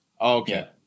Okay